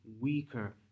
weaker